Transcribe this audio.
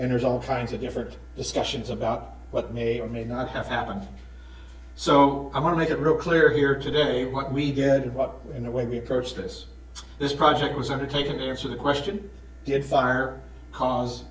and there's all kinds of different discussions about what may or may not have happened so i want to make it real clear here today what we did what in the way we approach this this project was undertaken to answer the question did fire cause